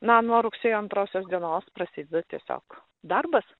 na nuo rugsėjo antrosios dienos prasideda tiesiog darbas